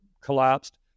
collapsed